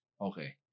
Okay